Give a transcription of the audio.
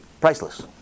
priceless